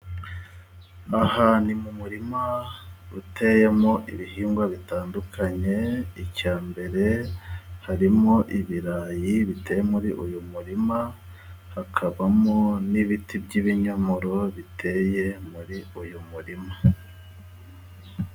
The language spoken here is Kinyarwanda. Aha ni mu murima uteyemo ibihingwa bitandukanye, icya mbere, harimo ibirayi biteye muri uyu murima, hakabamo n'ibiti by'ibinyomoro biteye muri uyu murima.